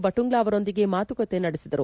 ಬಟುಂಗ್ಲಾ ಅವರೊಂದಿಗೆ ಮಾತುಕತೆ ನಡೆಸಿದರು